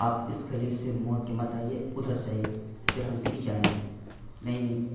آپ اس گلی سے موڑ کے مت آئیے ادھر سے آئیے پھر ہم دکھ جائیں گے نہیں نہیں